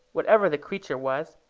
whatever the creature was,